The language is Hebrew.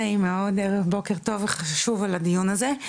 נעים מאוד בוקר טוב וחשוב של הדיון הזה.